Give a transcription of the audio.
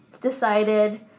decided